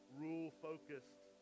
rule-focused